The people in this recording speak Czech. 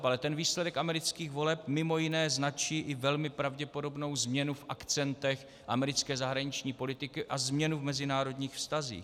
Ale ten výsledek amerických voleb mimo jiné značí i velmi pravděpodobnou změnu v akcentech americké zahraniční politiky a změnu v mezinárodních vztazích.